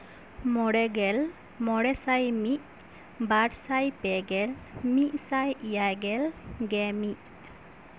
ᱢᱚᱬᱮ ᱜᱮᱞ ᱢᱚᱬᱮ ᱥᱟᱭ ᱢᱤᱫ ᱵᱟᱨ ᱥᱟᱭ ᱯᱮ ᱜᱮᱞ ᱢᱤᱫ ᱥᱟᱭ ᱮᱭᱟᱭ ᱜᱮᱞ ᱜᱮ ᱢᱤᱫ